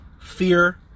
fear